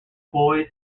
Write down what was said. boys